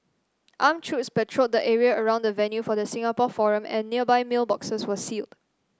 armed troops patrolled the area around the venue for the Singapore forum and nearby mailboxes were sealed